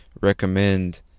recommend